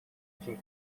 için